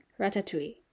Ratatouille